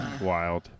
Wild